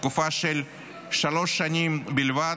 בתקופה של שלוש שנים בלבד,